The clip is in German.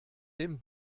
dem